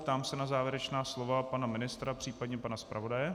Ptám se na závěrečná slova pana ministra, případně pana zpravodaje.